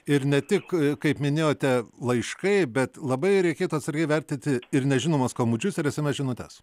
ir ne tik kaip minėjote laiškai bet labai reikėtų atsargiai vertinti ir nežinomus skambučius ir sms žinutes